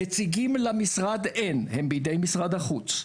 נציגים למשרד אין, הם בידי משרד החוץ.